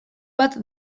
bat